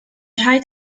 rhaid